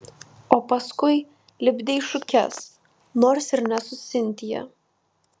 o paskui lipdei šukes nors ir ne su sintija